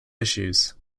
issues